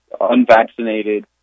unvaccinated